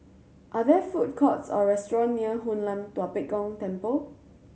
are there food courts or restaurant near Hoon Lam Tua Pek Kong Temple